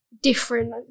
different